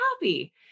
happy